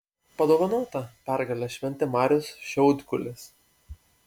padovanotą pergalę šventė marius šiaudkulis